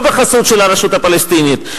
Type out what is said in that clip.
ולא בחסות הרשות הפלסטינית,